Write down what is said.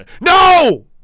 no